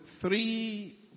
three